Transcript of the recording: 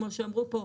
כמו שאמרו פה.